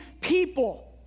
people